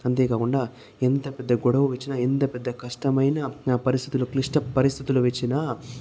అంతేకాకుండా ఎంత పెద్ద గొడవ వచ్చినా ఎంత పెద్ద కష్టమైన పరిస్థితుల క్లిష్ట పరిస్థితులు వచ్చిన